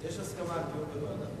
יש הסכמה על דיון בוועדה.